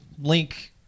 link